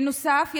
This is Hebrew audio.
בנוסף,